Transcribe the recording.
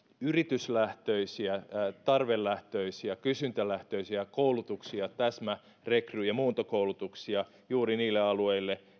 yrityslähtöisiä tarvelähtöisiä kysyntälähtöisiä koulutuksia täsmä rekry ja muuntokoulutuksia juuri niille alueille